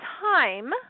time